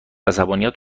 عصبانیت